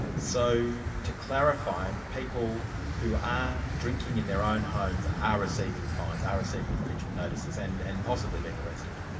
so to clarify people who are drinking in their own homes are receiving fines, are receiving infringement notices and and possibly being arrested?